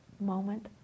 moment